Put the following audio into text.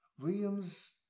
Williams